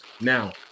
Now